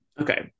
okay